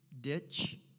ditch